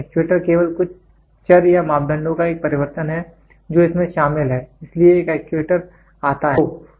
actuator केवल कुछ चर या मापदंडों का एक परिवर्तन है जो इसमें शामिल है इसलिए एक एक्चुएटर आता है